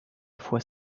fois